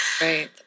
Right